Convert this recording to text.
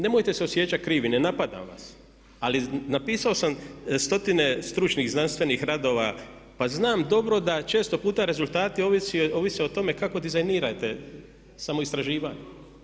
Nemojte se osjećat krivim, ne napadam vas, ali napisao sam stotine stručnih, znanstvenih radova pa znam dobro da često puta rezultati ovise o tome kako dizajnirate samo istraživanje.